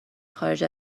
خارج